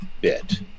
bit